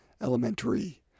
elementary